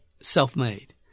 self-made